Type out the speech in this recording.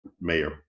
mayor